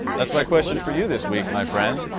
that's my question for you this week my friend.